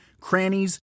crannies